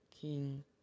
king